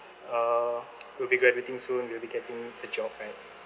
uh will be graduating soon we'll be getting a job back